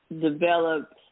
developed